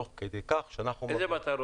תוך כדי כך שהוא --- איזה מטרות?